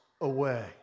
away